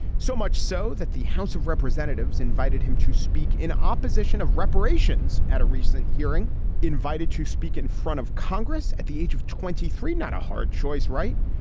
so much so that the house of representatives invited him to speak in opposition of reparations. at a recent hearing invited to speak in front of congress at the age of twenty three not a hard choice right.